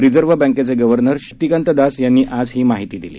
reserve बँकेचे governor Shaktikanta Das यांनी आज ही माहिती दिली